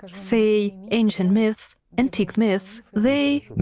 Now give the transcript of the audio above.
say, ancient myths, antique myths, they.